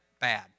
bad